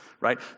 right